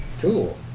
Cool